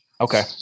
Okay